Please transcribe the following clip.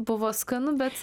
buvo skanu bet